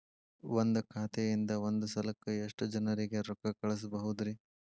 ಒಂದ್ ಖಾತೆಯಿಂದ, ಒಂದ್ ಸಲಕ್ಕ ಎಷ್ಟ ಜನರಿಗೆ ರೊಕ್ಕ ಕಳಸಬಹುದ್ರಿ?